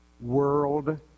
world